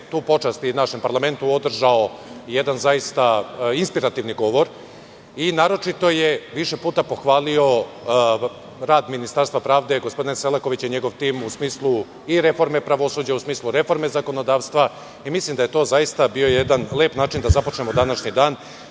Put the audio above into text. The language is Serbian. tu počast i našem parlamentu održao jedan inspirativan govor i naročito je više puta pohvalio rad Ministarstva pravde, gospodina Selakovića i njegov tim, u smislu reforme pravosuđa, zakonodavstva i mislim da je to bio jedan lep način da započnemo današnji dan,